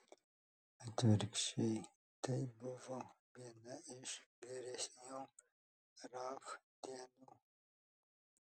atvirkščiai tai buvo viena iš geresnių raf dienų